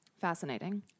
Fascinating